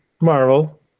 Marvel